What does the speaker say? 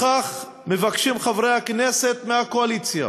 בכך מבקשים חברי הכנסת מהקואליציה